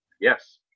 Yes